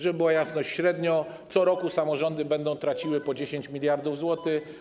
Żeby była jasność, średnio co roku samorządy będą traciły po 10 mld zł.